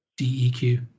DEQ